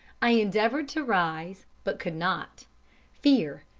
i endeavoured to rise but could not fear,